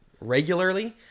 regularly